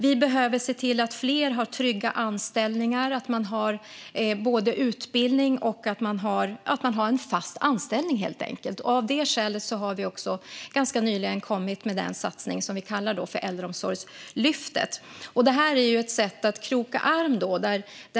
Vi behöver se till att fler har trygga anställningar och utbildning. Det ska helt enkelt vara fasta anställningar. Av det skälet har vi ganska nyligen kommit med den satsning som vi kallar Äldreomsorgslyftet och som är ett sätt att kroka arm.